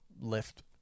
lift